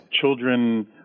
Children